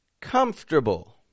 Comfortable